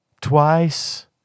twice